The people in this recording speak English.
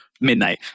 midnight